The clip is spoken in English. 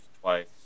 twice